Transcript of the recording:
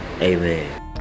amen